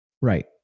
Right